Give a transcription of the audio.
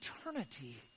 eternity